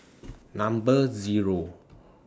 Number Zero